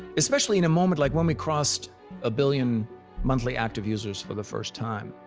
especially in a moment like when we crossed a billion monthly active users for the first time.